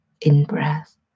in-breath